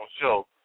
show